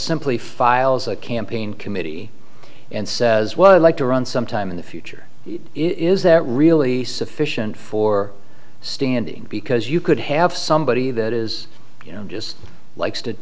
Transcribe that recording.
simply files a campaign committee and says well i'd like to run sometime in the future is that really sufficient for standing because you could have somebody that is just likes to